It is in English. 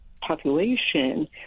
population